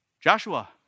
Joshua